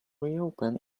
reopen